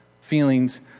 feelings